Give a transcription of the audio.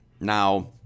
Now